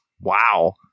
Wow